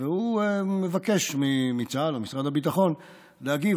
והוא מבקש מצה"ל או ממשרד הביטחון להגיב